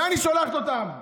לאן היא שולחת אותם?